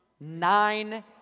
Nine